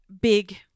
big